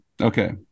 Okay